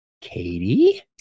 Katie